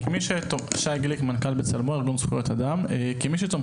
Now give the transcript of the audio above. כמי שתומכים בחוק,